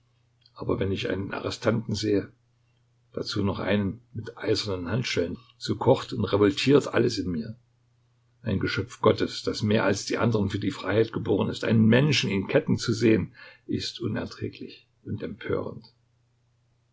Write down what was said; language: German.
aber wenn ich einen arrestanten sehe dazu noch einen mit eisernen handschellen so kocht und revoltiert alles in mir ein geschöpf gottes das mehr als die andern für die freiheit geboren ist einen menschen in ketten zu sehen ist unerträglich und empörend